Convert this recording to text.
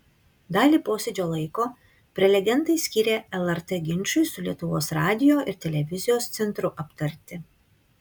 dalį posėdžio laiko prelegentai skyrė lrt ginčui su lietuvos radijo ir televizijos centru aptarti